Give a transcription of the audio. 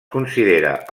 considera